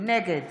נגד